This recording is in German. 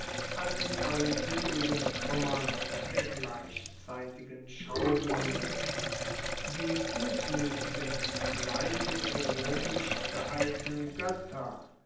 als in allen uebrigen truemmern der gleichzeitigen schaubuehne die gutmuetigen leise ironisch gehaltenen goetter